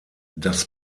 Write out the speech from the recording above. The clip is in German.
das